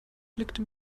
blickte